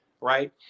right